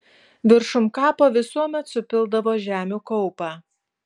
viršum kapo visuomet supildavo žemių kaupą